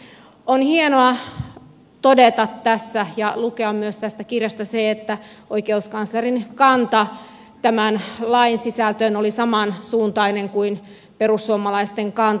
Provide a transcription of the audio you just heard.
on hienoa todeta tässä ja lukea myös tästä kirjasta se että oikeuskanslerin kanta tämän lain sisältöön oli samansuuntainen kuin perussuomalaisten kanta